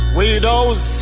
widows